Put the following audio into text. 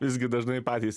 visgi dažnai patys